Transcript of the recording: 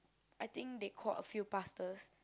I think they called a few pastors